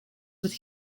with